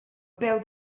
peu